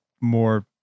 more